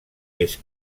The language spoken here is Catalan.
més